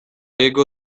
jego